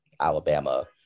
Alabama